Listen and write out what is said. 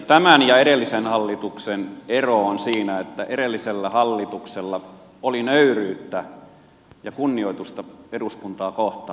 tämän ja edellisen hallituksen ero on siinä että edellisellä hallituksella oli nöyryyttä ja kunnioitusta eduskuntaa kohtaan